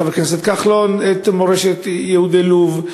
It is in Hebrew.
חבר הכנסת כחלון את מורשת יהודי לוב,